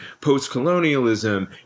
post-colonialism